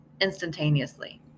instantaneously